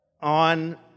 on